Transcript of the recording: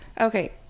Okay